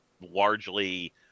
largely